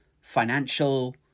financial